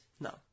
No